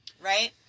Right